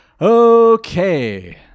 okay